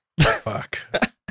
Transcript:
Fuck